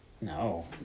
No